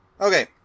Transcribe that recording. Okay